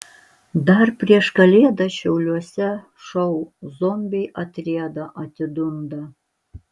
dar prieš kalėdas šiauliuose šou zombiai atrieda atidunda